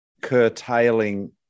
curtailing